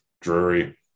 Drury